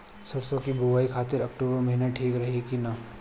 सरसों की बुवाई खाती अक्टूबर महीना ठीक रही की ना?